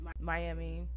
Miami